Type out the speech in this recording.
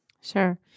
Sure